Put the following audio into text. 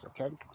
Okay